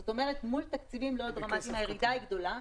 זאת אומרת שמול תקציבים לא דרמטיים הירידה היא גדולה.